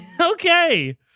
Okay